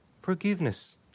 forgiveness